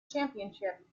championship